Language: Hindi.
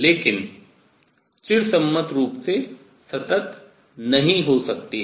लेकिन चिरसम्मत रूप से सतत नहीं हो सकती है